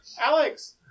Alex